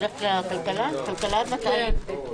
בשעה 11:15.